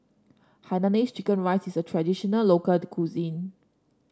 Hainanese Chicken Rice is a traditional local cuisine